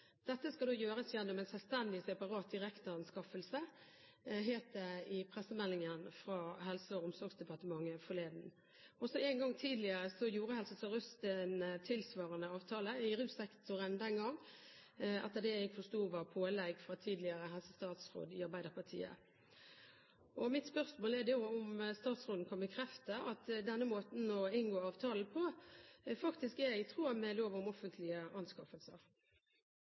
Dette skal gjøres gjennom en selvstendig, separat direkteanskaffelse, het det i pressemeldingen fra Helse- og omsorgsdepartementet forleden. Også én gang tidligere gjorde Helse Sør-Øst en tilsvarende avtale, i russektoren den gangen, etter det jeg forsto var pålegg fra en tidligere helsestatsråd fra Arbeiderpartiet. Mitt spørsmål er om statsråden kan bekrefte at denne måten å inngå avtaler på faktisk er i tråd med reglene for offentlige anskaffelser.